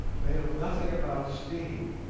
they know nothing about steam,